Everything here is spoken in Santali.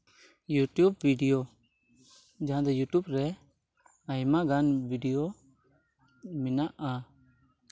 ᱤᱭᱩᱴᱩᱵᱽ ᱵᱷᱤᱰᱤᱭᱳ ᱡᱟᱦᱟᱸ ᱫᱚ ᱤᱭᱩᱴᱩᱵᱽ ᱨᱮ ᱟᱭᱢᱟᱜᱟᱱ ᱵᱷᱤᱰᱤᱭᱳ ᱢᱮᱱᱟᱜᱼᱟ